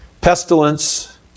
pestilence